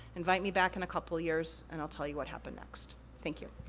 invite me back in a couple years and i'll tell you what happened next. thank you.